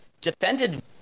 defended